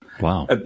wow